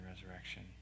resurrection